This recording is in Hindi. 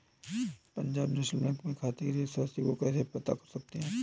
पंजाब नेशनल बैंक में खाते की शेष राशि को कैसे पता कर सकते हैं?